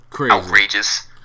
outrageous